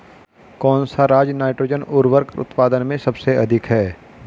कौन सा राज नाइट्रोजन उर्वरक उत्पादन में सबसे अधिक है?